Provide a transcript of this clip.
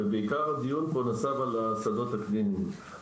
ועיקר הדיון פה נסב על השדות הקליניים.